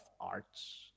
arts